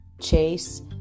Chase